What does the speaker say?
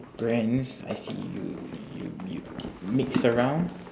brands I see you you you mix around